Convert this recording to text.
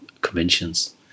conventions